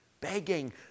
begging